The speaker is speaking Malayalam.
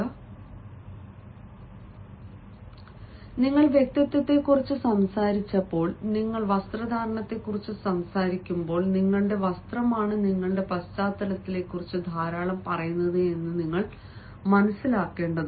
ഞങ്ങൾ വ്യക്തിത്വത്തെക്കുറിച്ച് സംസാരിച്ചപ്പോൾ നിങ്ങൾ വസ്ത്രധാരണത്തെക്കുറിച്ച് സംസാരിക്കുമ്പോൾ നിങ്ങളുടെ വസ്ത്രമാണ് നിങ്ങളുടെ പശ്ചാത്തലത്തെക്കുറിച്ച് ധാരാളം പറയുന്നത് എന്ന് ഞങ്ങൾ മനസ്സിലാക്കേണ്ടതുണ്ട്